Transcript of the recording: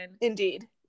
Indeed